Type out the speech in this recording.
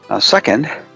Second